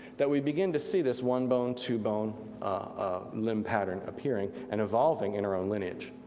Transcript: that we begin to see this one bone two bone limb pattern appearing and evolving in our own lineage.